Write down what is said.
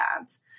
ads